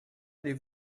allez